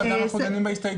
והם לא חלק מההסדר